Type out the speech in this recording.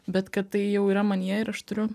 bet kad tai jau yra manyje ir aš turiu